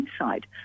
inside